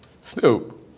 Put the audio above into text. Snoop